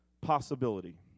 possibility